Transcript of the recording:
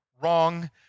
Wrong